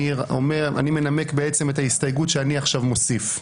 אני מנמק את ההסתייגות שאני מוסיף עכשיו.